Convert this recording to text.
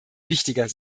wichtiger